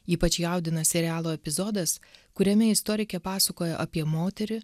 ypač jaudina serialo epizodas kuriame istorikė pasakojo apie moterį